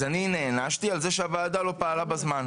אז אני נענשתי על זה שהוועדה לא פעלה בזמן.